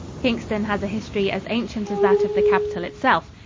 kingston has a history as ancient as that of the capital itself.